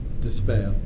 despair